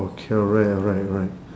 okay alright alright alright